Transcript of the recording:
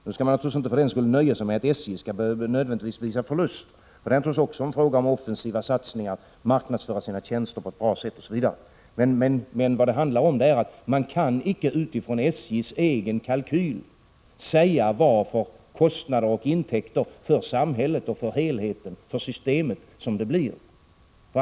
Nu skall man naturligtvis för den skull inte nöja sig med att SJ nödvändigtvis skall behöva visa förlust. Det är självfallet också en fråga om offensiva satsningar och om att marknadsföra sina tjänster på ett bra sätt. Men vad det handlar om är att man icke utifrån SJ:s egen kalkyl kan säga vilka kostnader och intäkter samhället eller systemet får.